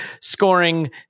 scoring